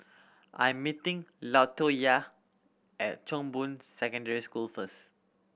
I'm meeting Latoyia at Chong Boon Secondary School first